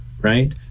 right